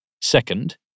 second